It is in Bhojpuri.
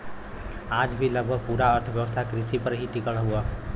आज भी लगभग पूरा अर्थव्यवस्था कृषि पर ही टिकल हव